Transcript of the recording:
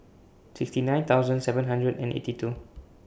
sixty nine thousand seven hundred and eighty two